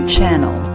Channel